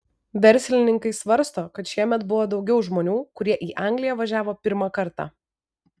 verslininkai svarsto kad šiemet buvo daugiau žmonių kurie į angliją važiavo pirmą kartą